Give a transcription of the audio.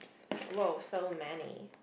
!wow! so many